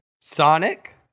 Sonic